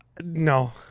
no